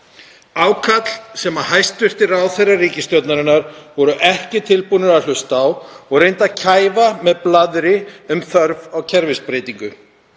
ákall sem hæstv. ráðherrar ríkisstjórnarinnar voru ekki tilbúnir að hlusta á og reyndu að kæfa með blaðri um þörf á kerfisbreytingu.